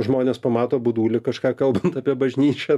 žmonės pamato budulį kažką kalbant apie bažnyčią